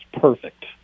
perfect